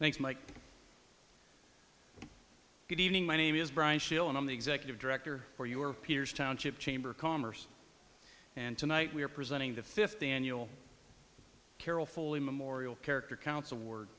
evening thanks mike good evening my name is brian shill and i'm the executive director for your peers township chamber of commerce and tonight we are presenting the fifth annual carol fully memorial character counts award